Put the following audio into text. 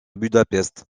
budapest